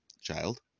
child